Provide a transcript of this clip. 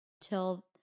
till